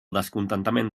descontentament